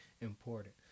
important